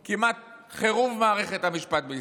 כמעט חירוב מערכת המשפט בישראל.